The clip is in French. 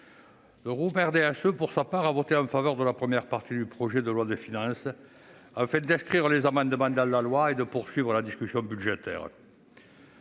le groupe du RDSE a voté en faveur de la première partie du projet de loi de finances afin d'inscrire les amendements dans la loi et de poursuivre la discussion budgétaire.